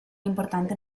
importante